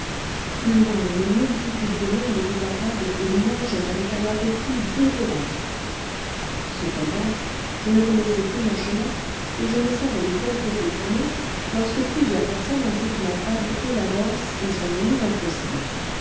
plus loin une multitude de monde était à table et mangeait avec un appétit dévorant cependant je ne connaissais plus mon chemin et je ne savais de quel côté tourner lorsque plusieurs personnes ont quitté la table et la danse et sont venues m'accoster